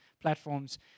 platforms